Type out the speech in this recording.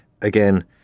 again